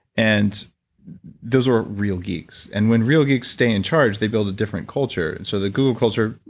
and those are real geeks, and when real geeks stay in charge, they build a different culture and so the google culture,